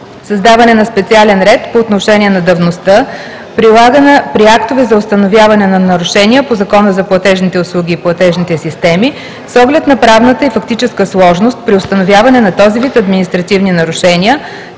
създаване на специален ред по отношение на давността, прилагана при актове за установяване на нарушения по Закона за платежните услуги и платежните системи, с оглед на правната и фактическа сложност при установяване на този вид административни нарушения,